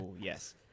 Yes